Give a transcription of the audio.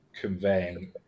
conveying